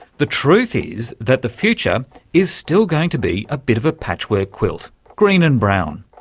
the truth is that the future is still going to be a bit of ah patchwork quilt, green and brown.